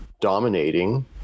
dominating